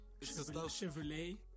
Chevrolet